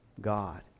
God